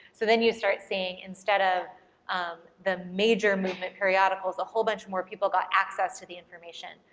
so then you start seeing instead of um the major movement periodicals, a whole bunch more people got access to the information.